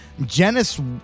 Genesis